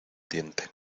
diente